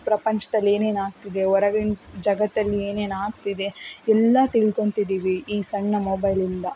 ಪ್ರಪಂಚದಲ್ಲಿ ಏನೇನು ಆಗ್ತಿದೆ ಹೊರಗಿನ ಜಗತ್ತಲ್ಲಿ ಏನೇನು ಆಗ್ತಿದೆ ಎಲ್ಲ ತಿಳ್ಕೊತಿದೀವಿ ಈ ಸಣ್ಣ ಮೊಬೈಲಿಂದ